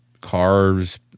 cars